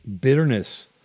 bitterness